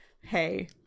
Hey